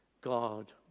God